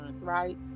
right